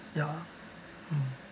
ya mm